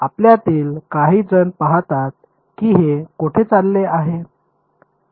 तर आपल्यातील काहीजण पाहतात की हे कोठे चालले आहे